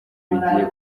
bigiye